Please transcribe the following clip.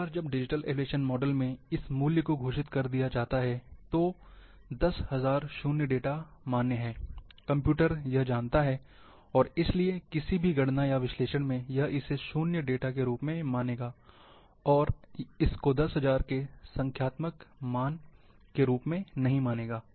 एक बार जब डिजिटल एलिवेशन मोडेल में यह इस मूल्य को घोषित कर दिया जाता है तो 10000 शून्य डेटा मान है कंप्यूटर यह जानता है और इसलिए किसी भी गणना या विश्लेषण में यह इसे शून्य डेटा के रूप में मानेगा और यह इसको 10000 के संख्यात्मक मान के रूप में नहीं मानेगा